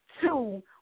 Two